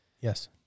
yes